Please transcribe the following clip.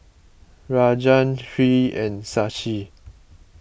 Rajan Hri and Shashi